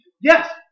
Yes